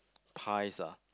pies ah